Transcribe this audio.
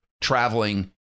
traveling